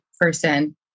person